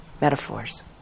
metaphors